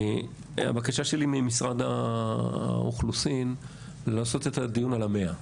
הבקשה שלי ממשרד האוכלוסין לעשות את הדיון על ה-100.